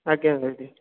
ଆଜ୍ଞା ଦିଦି